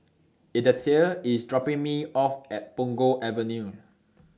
Edythe IS dropping Me off At Punggol Avenue